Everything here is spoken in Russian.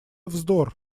вздор